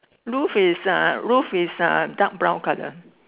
roof is uh roof is uh dark brown colour